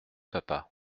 papa